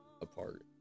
apart